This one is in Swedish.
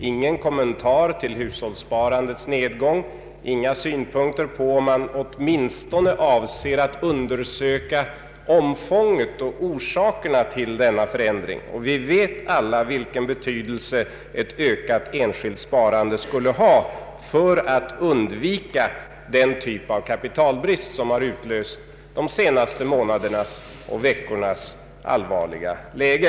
Han gjorde inga kommentarer till hushållssparandets nedgång och sade ingenting om huruvida man åtminstone avser att undersöka omfånget av och orsakerna till denna förändring. Vi vet alla vilken betydelse ett ökat enskilt sparande skulle ha för undvikande av den typ av kapitalbrist som har utlöst de senaste månadernas och veckornas allvarliga läge.